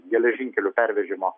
geležinkelių pervežimo